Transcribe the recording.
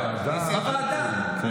אה, בוועדה הזאת, כן.